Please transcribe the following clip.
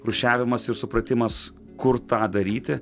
rūšiavimas ir supratimas kur tą daryti